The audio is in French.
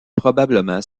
probablement